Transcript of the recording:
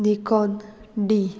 Nikon D